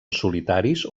solitaris